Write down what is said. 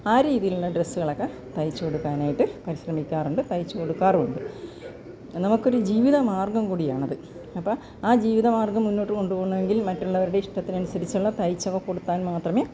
ആ രീതീയിലുള്ള ഡ്രസ്സ്കളൊക്കെ തയ്ച്ച് കൊടുക്കാനായിട്ട് പരിശ്രമിക്കാറുണ്ട് തയ്ച്ച് കൊടുക്കാറുണ്ട് ഞങ്ങക്കൊരു ജീവിതമാർഗ്ഗംകൂടിയാണത് അപ്പോൾ ആ ജീവിതമാർഗ്ഗം മുന്നോട്ട് കൊണ്ടുപോകണമെങ്കിൽ മറ്റുള്ളവരുടെ ഇഷ്ടത്തിന് അനുസരിച്ചുള്ള തയ്ച്ചൊക്കെ കൊടുത്താൽ മാത്രമേ